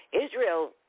Israel